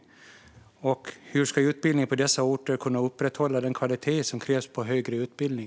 Och hur ska utbildningen på dessa orter kunna upprätthålla den kvalitet som krävs på högre utbildning?